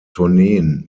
tourneen